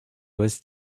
was